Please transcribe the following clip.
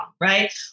Right